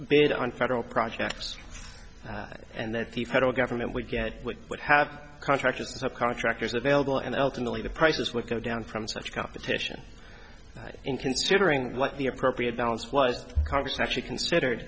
bid on federal projects and that the federal government would get what would have contractors of contractors available and ultimately the prices would go down from such competition in considering what the appropriate balance was congress actually considered